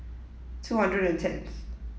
two hundred and tenth